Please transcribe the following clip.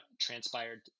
transpired